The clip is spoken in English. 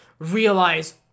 Realize